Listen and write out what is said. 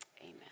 amen